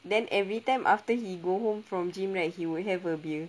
then every time after he go home from gym right he would have a beer